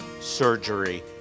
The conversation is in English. surgery